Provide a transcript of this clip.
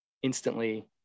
Instantly